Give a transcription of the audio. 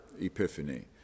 epiphany